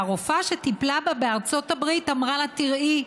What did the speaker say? והרופאה שטיפלה בה בארצות הברית אמרה לה: תראי,